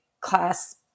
class